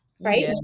Right